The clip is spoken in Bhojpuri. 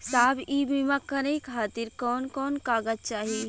साहब इ बीमा करें खातिर कवन कवन कागज चाही?